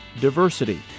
diversity